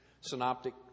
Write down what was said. synoptic